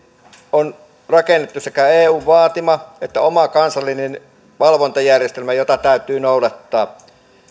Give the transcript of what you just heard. on rakennettu sekä eun vaatima että oma kansallinen valvontajärjestelmä jota täytyy noudattaa